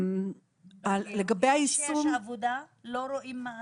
לא רואים מה התוצאות.